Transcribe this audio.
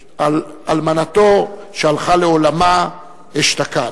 אלמנתו, שהלכה לעולמה אשתקד.